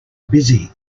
busy